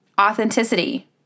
authenticity